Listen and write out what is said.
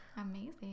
Amazing